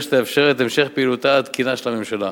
שתאפשר את המשך פעילותה התקינה של הממשלה.